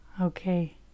Okay